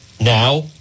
now